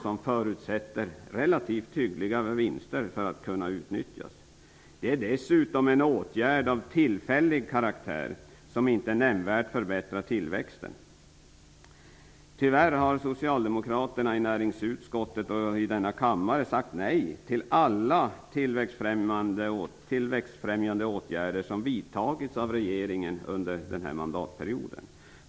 Det förutsätter relativt hyggliga vinster för att kunna utnyttjas. Det är dessutom en åtgärd av tillfällig karaktär som inte nämnvärt förbättrar tillväxten. Tyvärr har Socialdemokraterna i näringsutskottet och i denna kammare sagt nej till alla tillväxtfrämjande åtgärder som vidtagits av regeringen under denna mandatperiod.